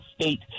state